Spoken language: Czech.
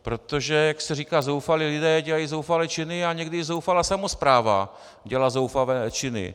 Protože jak se říká, zoufalí lidé dělají zoufalé činy a někdy i zoufalá samospráva dělá zoufalé činy.